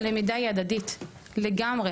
הלמידה היא הדדית לגמרי,